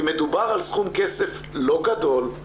כי מדובר על סכום כסף לא גדול,